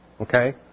okay